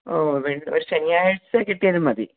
ഓ വെ ശനിയാഴ്ച കിട്ടിയാലും മതി